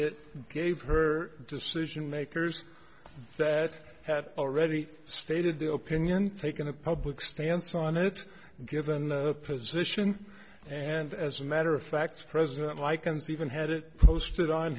that gave her decision makers that had already stated the opinion taken a public stance on it given the position and as a matter of fact president likens even had it posted on